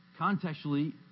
contextually